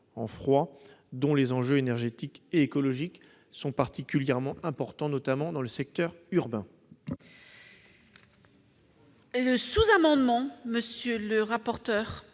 dont les enjeux énergétiques et écologiques sont particulièrement importants, notamment en milieu urbain.